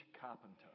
carpenter